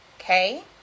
okay